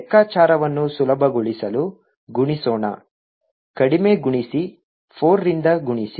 ಲೆಕ್ಕಾಚಾರವನ್ನು ಸುಲಭಗೊಳಿಸಲು ಗುಣಿಸೋಣ ಕಡಿಮೆ ಗುಣಿಸಿ 4 ರಿಂದ ಗುಣಿಸಿ